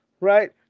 Right